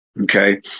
Okay